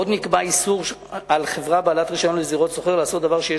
עוד נקבע איסור על חברה בעלת רשיון לזירות סוחר לעשות דבר שיש